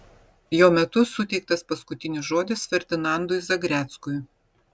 jo metu suteiktas paskutinis žodis ferdinandui zagreckui